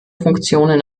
funktionen